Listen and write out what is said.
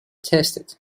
tasted